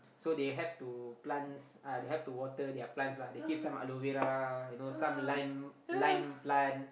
so they help to plants uh they help to water their plants lah they keep some aloe vera you know some lime lime plant